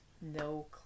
no